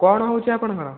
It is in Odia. କ'ଣ ହେଉଛି ଆପଣଙ୍କର